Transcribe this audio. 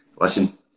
listen